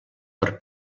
per